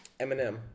Eminem